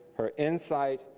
her insight,